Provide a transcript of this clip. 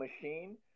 machine